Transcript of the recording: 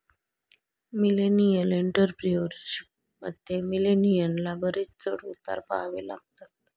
millennial entrepreneurship मध्ये, मिलेनियलना बरेच चढ उतार पहावे लागतात